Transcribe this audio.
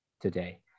today